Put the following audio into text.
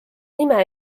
nime